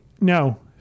No